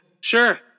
Sure